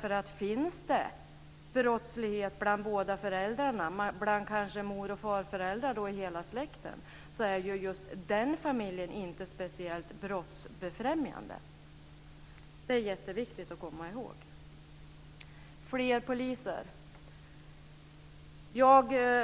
Förekommer det brottslighet bland föräldrar, kanske bland mor och farföräldrar och hela släkten, är ju just den familjen inte speciellt brottsförebyggande. Det är jätteviktigt att komma ihåg. När det gäller fler poliser